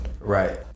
Right